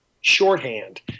shorthand